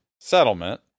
settlement